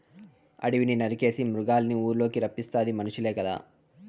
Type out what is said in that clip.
అడివిని నరికేసి మృగాల్నిఊర్లకి రప్పిస్తాది మనుసులే కదా